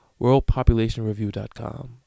worldpopulationreview.com